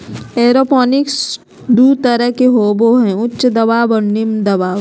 aeroponics दू तरह के होबो हइ उच्च दबाव और निम्न दबाव